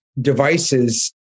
devices